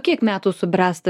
kiek metų subręsta